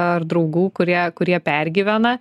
ar draugų kurie kurie pergyvena